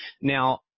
Now